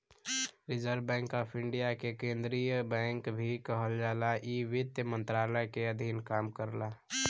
reserve Bank of India के केंद्रीय bank भी कहल जाला इ वित्त मंत्रालय के अधीन काम करला